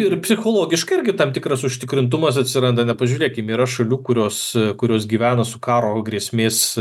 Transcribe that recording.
ir psichologiškai irgi tam tikras užtikrintumas atsiranda na pažiūrėkim yra šalių kurios kurios gyvena su karo grėsmės